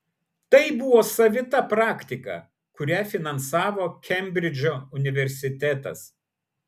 tai buvo savita praktika kurią finansavo kembridžo universitetas